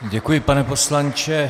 Děkuji, pane poslanče.